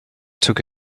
took